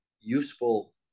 useful